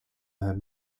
her